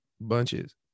bunches